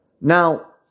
Now